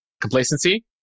complacency